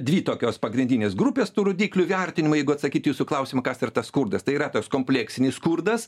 dvi tokios pagrindinės grupės tų rodiklių vertinimai jeigu atsakyti į jūsų klausimą kas ir tas skurdas tai yra tos kompleksinį skurdas